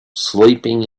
sleeping